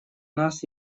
нас